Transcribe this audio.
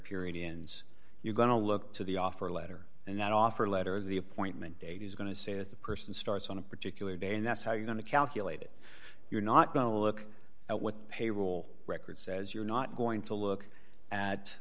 period ends you're going to look to the offer letter and not offer letter the appointment date is going to say that the person starts on a particular day and that's how you're going to calculate it you're not going to look at what payroll records says you're not going to look at